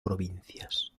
provincias